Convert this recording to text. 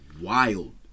wild